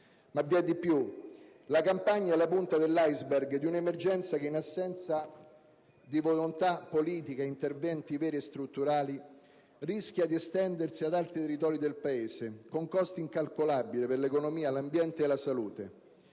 Ma vi è di più. La Campania è la punta dell'*iceberg* di un'emergenza che, in assenza di volontà politica e di interventi veri e strutturali, rischia di estendersi ad altri territori del Paese, con costi incalcolabili per l'economia, l'ambiente e la salute.